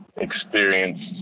experience